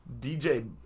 DJ